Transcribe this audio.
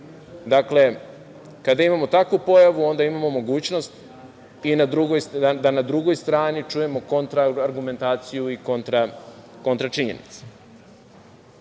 Dakle, kada imamo takvu pojavu, onda imamo mogućnost i da na drugoj strani čujemo kontra argumentaciju i kontra činjenice. Mogu